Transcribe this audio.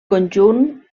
conjunt